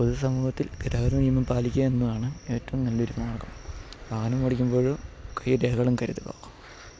പൊതു സമൂഹത്തിൽ ഗതാഗത നിയമം പാലിക്കുക എന്നതാണ് ഏറ്റവും നല്ലൊരു മാർഗ്ഗം വാഹനമോടിക്കുമ്പോഴും കയ്യിൽ രേഖകളും കരുതുക